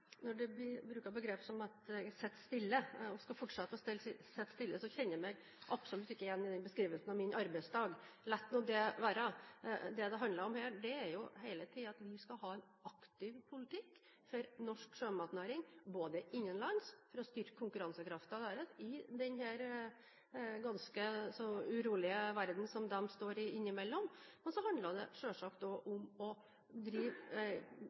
Når det brukes begrep som å fortsette å sitte stille, så kjenner jeg meg absolutt ikke igjen i den beskrivelsen av min arbeidsdag. Men la nå det være. Det det handler om her, er at vi hele tiden skal ha en aktiv politikk for norsk sjømatnæring innenlands – for å styrke konkurransekraften deres i denne ganske så urolige verden som de innimellom står i. Men så handler det